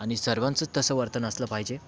आणि सर्वांचंच तसं वर्तन असलं पाहिजे